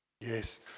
Yes